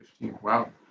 Wow